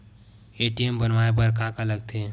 ATM बनवाय बर का का लगथे?